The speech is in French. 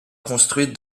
construite